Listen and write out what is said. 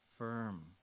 firm